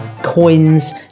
coins